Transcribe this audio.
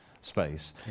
space